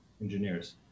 engineers